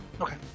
Okay